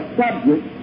subject